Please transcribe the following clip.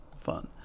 fun